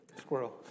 Squirrel